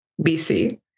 BC